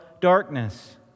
darkness